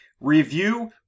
Review